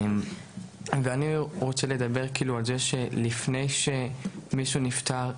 אין יותר מדי מודעות בחברה לפני שמישהו נפטר,.